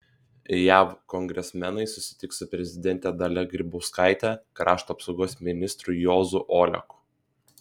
jav kongresmenai susitiks su prezidente dalia grybauskaite krašto apsaugos ministru juozu oleku